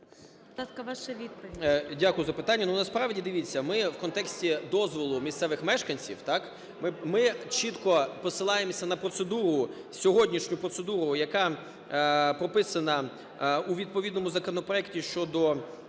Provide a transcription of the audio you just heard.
Дякую за питання. Ну, насправді, дивіться, ми в контексті дозволу місцевих мешканців, так, ми чітко посилаємося на процедуру, сьогоднішню процедуру, яка прописана у відповідному законопроекті щодо…